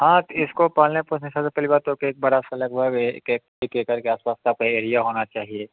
हाँ तो इसको पालने पोसने में सबसे पहली बात तो एक बार इसको लगभग एक एक एक एक करके आसपास का आपका एरिया होना चाहिए